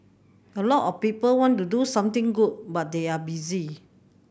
a lot of people want to do something good but they are busy